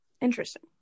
Interesting